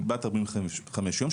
מגבלת 45 יום,